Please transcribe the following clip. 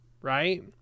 right